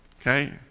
Okay